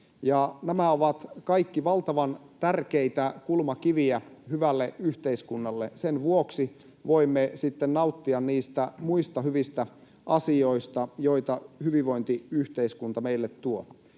Nämä ovat kaikki valtavan tärkeitä kulmakiviä hyvälle yhteiskunnalle. Niiden vuoksi voimme sitten nauttia niistä muista hyvistä asioista, joita hyvinvointiyhteiskunta meille tuo.